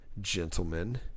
gentlemen